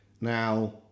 Now